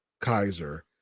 Kaiser